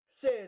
says